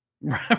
Right